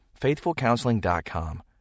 FaithfulCounseling.com